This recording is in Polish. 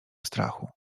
strachu